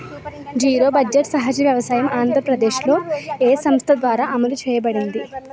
Zero budget సహజ వ్యవసాయం ఆంధ్రప్రదేశ్లో, ఏ సంస్థ ద్వారా అమలు చేయబడింది?